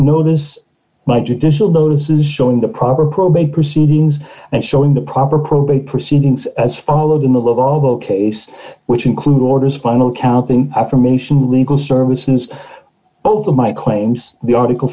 notice my judicial notice is showing the proper probate proceedings and showing the proper probate proceedings as followed in the law will case which include orders final counting affirmation legal services both of my claims the article